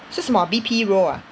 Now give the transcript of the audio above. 是什么 V_P role ah